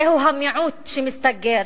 זהו המיעוט שמסתגר,